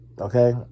okay